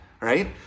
right